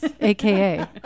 AKA